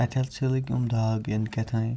اَتہِ ہَسا لٔگۍ یِم داغ یِن کیَتھانۍ